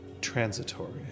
transitory